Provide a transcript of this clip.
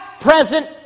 present